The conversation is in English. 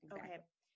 Okay